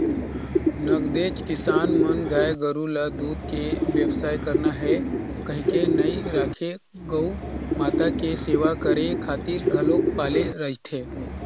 नगदेच किसान मन गाय गोरु ल दूद के बेवसाय करना हे कहिके नइ राखे गउ माता के सेवा करे खातिर घलोक पाले रहिथे